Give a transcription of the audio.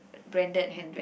branded handbag